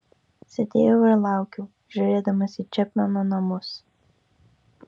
sėdėjau ir laukiau žiūrėdamas į čepmeno namus